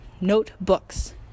Notebooks